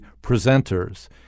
presenters